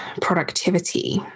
productivity